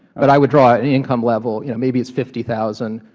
but i would draw an income level you know maybe it's fifty thousand